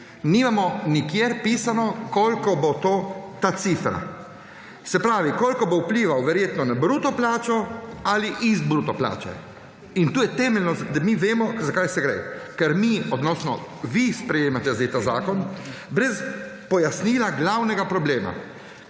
Nimamo nikjer pisano koliko bo to, ta cifra. Se pravi, koliko bo vpliva verjetno na bruto plačo ali iz bruto plače in to je temeljno, da mi vemo za kaj se gre, ker mi oziroma vi sprejemat zdaj ta zakon brez pojasnila glavnega problema,